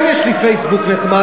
יש גם לי פייסבוק נחמד,